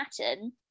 pattern